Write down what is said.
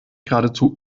geradezu